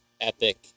epic